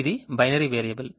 ఇది binary variable